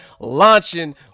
launching